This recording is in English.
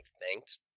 thanked